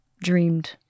dreamed